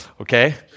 okay